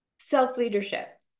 self-leadership